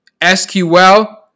SQL